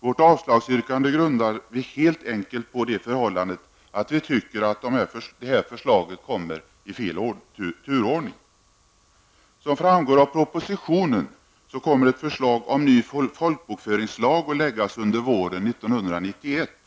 Vårt avslagsyrkande grundar vi helt enkelt på det förhållandet att vi tycker att förslagen kommer i fel turordning. Som framgår av propositionen kommer ett förslag om ny folkbokföringslag att läggas fram under våren 1991.